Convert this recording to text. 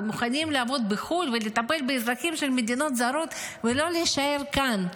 ומוכנים לעבוד בחו"ל ולטפל באזרחים של מדינות זרות ולא להישאר כאן?